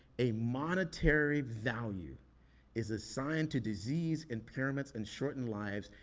a monetary value is assigned to disease, impairments, and shortened lives,